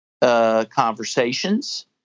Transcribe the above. conversations